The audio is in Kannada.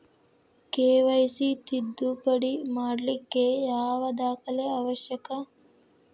ಕೆ.ವೈ.ಸಿ ತಿದ್ದುಪಡಿ ಮಾಡ್ಲಿಕ್ಕೆ ಯಾವ ದಾಖಲೆ ಅವಶ್ಯಕ?